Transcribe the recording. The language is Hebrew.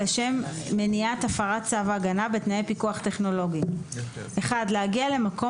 לשם מניעת הפרת צו ההגנה בתנאי פיקוח טכנולוגי להגיע למקום